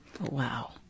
Wow